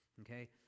okay